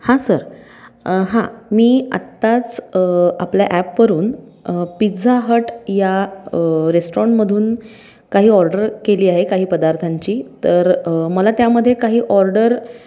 हां सर हां मी आत्ताच आपल्या ॲपवरून पिझ्झा हट या रेस्टॉरंटमधून काही ऑर्डर केली आहे काही पदार्थांची तर मला त्यामध्ये काही ऑर्डर